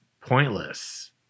pointless